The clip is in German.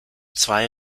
zwei